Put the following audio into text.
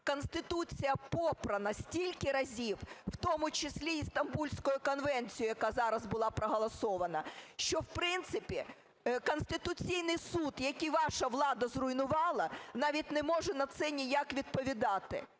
Конституція попрана стільки разів, в тому числі і Стамбульською конвенцією, яка зараз була проголосована, що в принципі Конституційний Суд, який ваша влада зруйнувала, навіть не може на це ніяк відповідати.